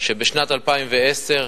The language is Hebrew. שבשנת 2010,